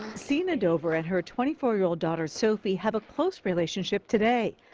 sena dover and her twenty four year-old daughter sophie have a close relationship today.